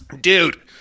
Dude